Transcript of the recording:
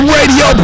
Radio